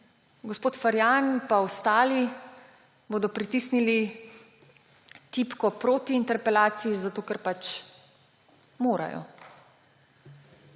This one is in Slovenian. gospod Ferjan in ostali bodo pritisnili tipko proti interpelaciji, zato ker pač morajo.